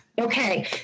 Okay